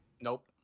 Nope